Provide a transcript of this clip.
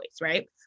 right